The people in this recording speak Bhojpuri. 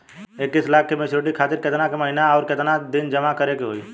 इक्कीस लाख के मचुरिती खातिर केतना के महीना आउरकेतना दिन जमा करे के होई?